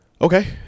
Okay